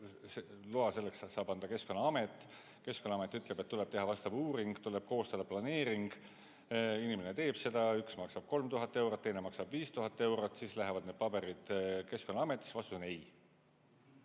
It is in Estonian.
loa selleks saab anda Keskkonnaamet. Keskkonnaamet ütleb, et tuleb teha vastav uuring, tuleb koostada planeering. Inimene teeb seda, üks maksab 3000 eurot, teine maksab 5000 eurot. Siis lähevad need paberid Keskkonnaametisse, vastus on ei.